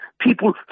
people